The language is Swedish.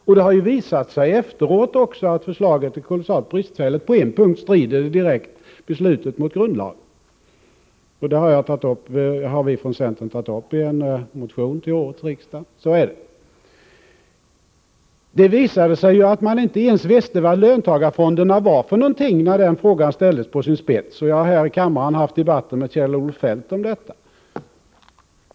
Och det har ju visat sig efteråt också, att löntagarfondsförslaget är kolossalt bristfälligt. På en punkt strider beslutet direkt mot grundlagen, och det har vi från centerns sida tagit upp i en motion till årets riksdag. Så är det. Det framgick också att man inte ens visste vad löntagarfonderna var för någonting, när den frågan ställdes på sin spets, och jag har här i kammaren haft debatter med Kjell-Olof Feldt om detta.